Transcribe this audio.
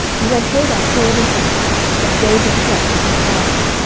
and when hadad heard in egypt that david slept with his fathers,